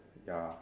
ya